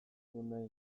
nahi